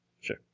Sure